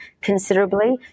considerably